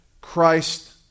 Christ